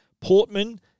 Portman